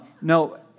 No